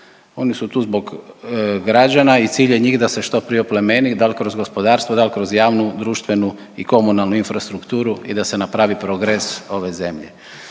oni su tu zbog građana i cilj je njih da se što prije oplemeni, da li kroz gospodarstvo, da li kroz javnu, društvenu i komunalnu infrastrukturu i da se napravi progres ove zemlje